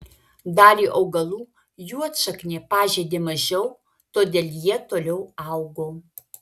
dalį augalų juodšaknė pažeidė mažiau todėl jie toliau augo